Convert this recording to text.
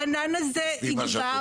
הענן הזה יגבר.